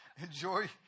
Enjoy